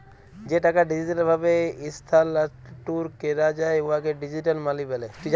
যে টাকা ডিজিটাল ভাবে ইস্থালাল্তর ক্যরা যায় উয়াকে ডিজিটাল মালি ব্যলে